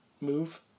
move